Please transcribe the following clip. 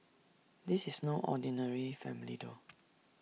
this is no ordinary family though